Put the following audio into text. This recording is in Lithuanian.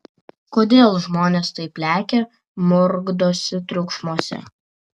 kodėl žmonės taip lekia murkdosi triukšmuose